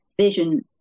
vision